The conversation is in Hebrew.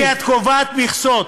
כי את קובעת מכסות.